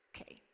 Okay